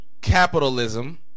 Capitalism